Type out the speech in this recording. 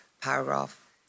paragraph